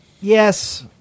Yes